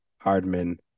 Hardman